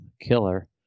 killer